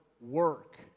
work